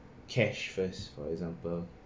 cash first for example